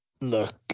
look